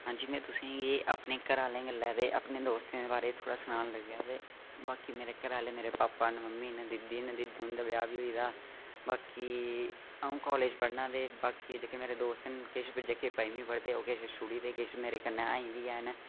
आं जी में एह् तुसें ई अपने घरा आह्ले गल्ला ते अपने दोस्तें दे बारै थोह्ड़ा सनान लगेआं ते बाकी मेरे घरै आह्ले मेरे भापा न मम्मी न दीदी न दीदी हुंदा ब्याह् बी होई गेदा बाकी अं'ऊ कॉलेज पढ़ना ते बाकी जेह्के मेरे दोस्त न किश पंञमी पढ़दे किश छुड़ी गेदे किश मेरे कन्नै ऐंही बी है'न